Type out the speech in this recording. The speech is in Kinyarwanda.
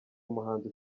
umuhanzi